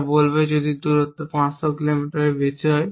যা বলবে যদি দূরত্ব 500 কিলোমিটারের বেশি হয়